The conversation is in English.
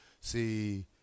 see